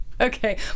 Okay